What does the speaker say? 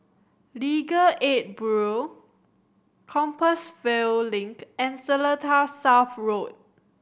Legal Aid Bureau Compassvale Link and Seletar South Road